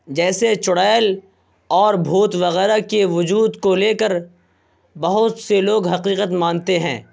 جیسے چڑیل اور بھوت وغیرہ کے وجود کو لے کر بہت سے لوگ حقیقت مانتے ہیں